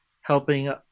helping